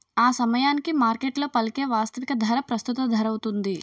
ఆసమయానికి మార్కెట్లో పలికే వాస్తవిక ధర ప్రస్తుత ధరౌతుంది